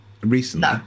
recently